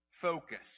focus